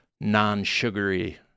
non-sugary